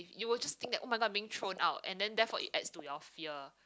you will just think that [oh]-my-god I'm being thrown out and then therefore it adds to your fear